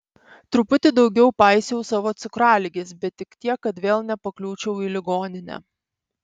truputį daugiau paisiau savo cukraligės bet tik tiek kad vėl nepakliūčiau į ligoninę